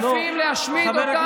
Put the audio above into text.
שואפים להשמיד אותנו, לא.